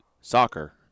soccer